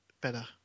better